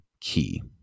key